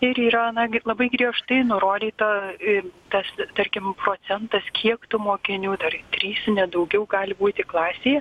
ir yra nagi labai griežtai nurodyta ir tas tarkim procentas kiek tų mokinių dar trys ne daugiau gali būti klasėje